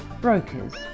brokers